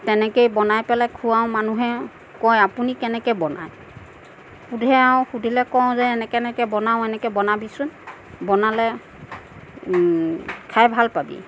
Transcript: তেনেকে বনাই পেলাই খুৱাওঁ মানুহে কয় আপুনি কেনেকে বনাই সোধে আৰু সুধিলে কওঁ যে এনেকে এনেকে বনাওঁ এনেকে বনাবিচোন বনালে খাই ভাল পাবি